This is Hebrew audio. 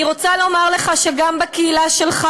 אני רוצה לומר לך שגם בקהילה שלך,